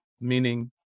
Meaning